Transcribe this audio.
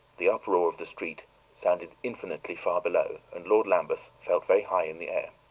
the uproar of the street sounded infinitely far below, and lord lambeth felt very high in the air.